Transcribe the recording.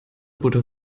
butter